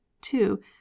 two